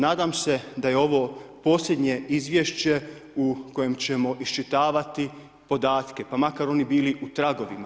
Nadam se da je ovo posljednje izvješće u kojem ćemo iščitavati podatke, pa makar oni bili u tragovima.